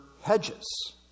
hedges